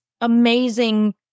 amazing